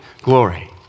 glory